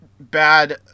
bad